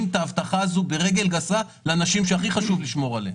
את ההבטחה הזו ברגל גסה לאנשים שהכי חשוב לשמור עליהם.